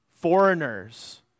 foreigners